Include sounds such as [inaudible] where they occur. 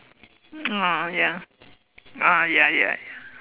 mm [noise] ya ah ya ya